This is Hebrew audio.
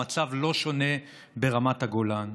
המצב לא שונה ברמת הגולן.